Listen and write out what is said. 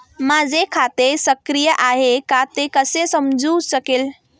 माझे खाते सक्रिय आहे का ते कसे समजू शकेल?